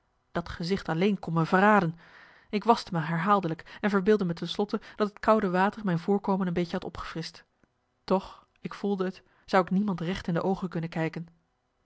dat gezicht alleen kon me verraden ik waschte me herhaaldelijk en verbeeldde me ten slotte dat het koude water mijn voorkomen een beetje had opgefrischt toch ik voelde t zou ik niemand recht in de oogen kunnen kijken